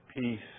Peace